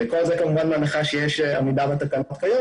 וכל זה כמובן בהנחה שיש עמידה בתקנות כיום,